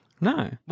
No